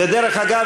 ודרך אגב,